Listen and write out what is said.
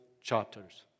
chapters